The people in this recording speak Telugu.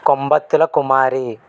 కొంబత్తుల కుమారి